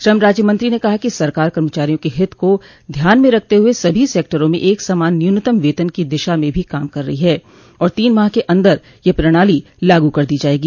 श्रम राज्य मंत्री ने कहा कि सरकार कर्मचारियों के हित को ध्यान में रखते हुए सभी सेक्टरों में एक समान न्यूनतम वेतन की दिशा में भी काम कर रही है और ॅतीन माह के अंदर यह प्रणाली लागू कर दी जायेगी